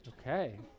Okay